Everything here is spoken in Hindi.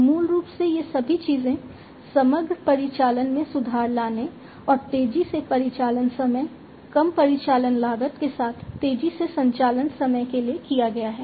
मूल रूप से ये सभी चीजें समग्र परिचालन में सुधार लाने और तेजी से परिचालन समय कम परिचालन लागत के साथ तेजी से संचालन समय के लिए किया गया है